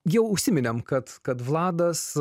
jau užsiminėm kad kad vladas